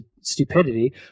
stupidity